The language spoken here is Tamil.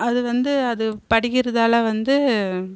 அது வந்து அது படிக்கிறதால் வந்து